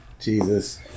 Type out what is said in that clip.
Jesus